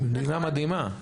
מדינה מדהימה.